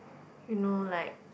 you know like